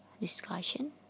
discussion